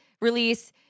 release